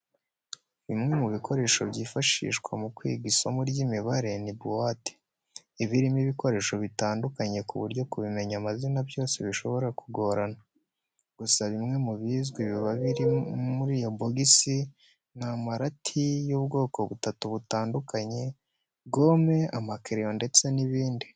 Bimwe mu bikoresho byifashishwa mu kwiga isomo ry'imibare ni buwate. Iba irimo ibikoresho bitandukanye ku buryo kubimenya amazina byose bishobora kugorana. Gusa bimwe mu bizwi biba biri muri iyo bogisi ni amarati y'ubwoko butatu butandukanye, gome, amakereyo ndetse n'ibindi.